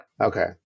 Okay